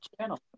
channel